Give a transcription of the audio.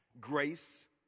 Grace